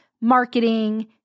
marketing